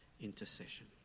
intercession